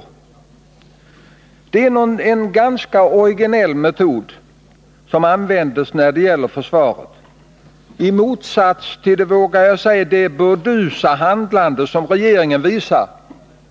mentets verksam Det är en ganska originell metod som används när det gäller försvaret, i — hetsområde motsats till, vågar jag säga, det burdusa handlande som regeringen visar